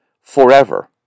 forever